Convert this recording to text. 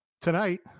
Tonight